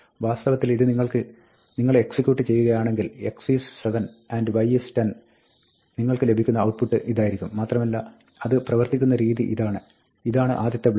വാസ്തവത്തിൽ ഇത് നിങ്ങൾ എക്സിക്യൂട്ട് ചെയ്യുകയാണെങ്കിൽ x is 7 and y is 10 നിങ്ങൾക്ക് ലഭിക്കുന്ന ഔട്ട്പുട്ട് ഇതായിരിക്കും മാത്രമല്ല അത് പ്രവർത്തിക്കുന്ന രീതി ഇതാണ് ഇതാണ് ആദ്യത്തെ ബ്ലോക്ക്